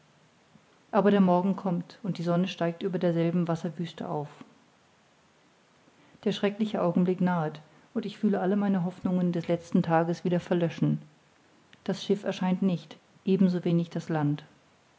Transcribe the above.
aber der morgen kommt und die sonne steigt über derselben wasserwüste auf der schreckliche augenblick nahet und ich fühle alle meine hoffnungen des letzten tages wieder verlöschen das schiff erscheint nicht ebenso wenig das land